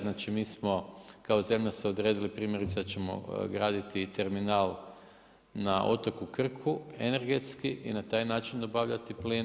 Znači mi smo, kao zemlja se odredila, primjerice, da ćemo graditi terminal na otoku Krku, energetski i na taj način dobavljati plin.